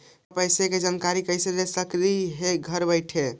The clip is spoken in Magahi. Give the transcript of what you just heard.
जमा पैसे के जानकारी कैसे ले सकली हे घर बैठे?